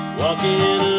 walking